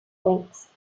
lengths